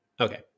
okay